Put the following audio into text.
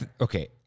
Okay